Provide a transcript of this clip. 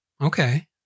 Okay